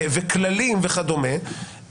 כללים וכדומה,